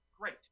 Great